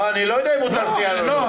לא, אני לא יודע אם הוא תעשיין או לא.